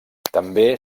també